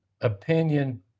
opinion